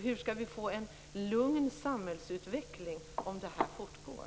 Hur skall vi få en lugn samhällsutveckling om detta fortgår?